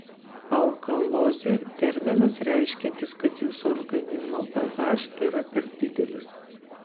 alkalozė terminas reiškiantis kad jūsų organizmo ph yra per didelis